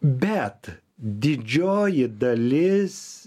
bet didžioji dalis